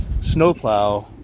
snowplow